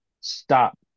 Stop